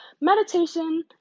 meditation